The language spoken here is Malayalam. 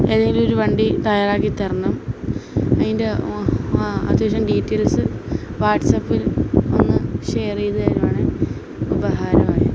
ഏതേലും ഒരു വണ്ടി തയ്യാറാക്കിത്തരണം അതിൻ്റെ അത്യാശ്യം ഡീറ്റേയ്ൽസ്സ് വാട്സപ്പിൽ ഒന്ന് ഷെയർ ചെയ്ത് തരുവാണേൽ ഉപകാരമായി